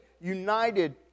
united